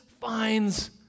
finds